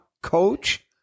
coach